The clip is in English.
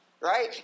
right